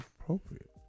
appropriate